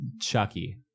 Chucky